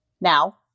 Now